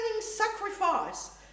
sacrifice